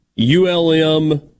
ULM